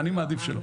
אני מעדיף שלא.